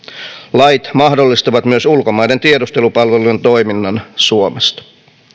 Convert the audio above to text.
lait mahdollistavat myös ulkomaiden tiedustelupalvelujen toiminnan suomessa